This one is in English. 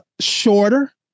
Shorter